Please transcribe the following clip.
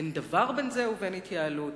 אין דבר בין זה לבין התייעלות.